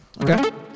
Okay